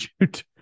shoot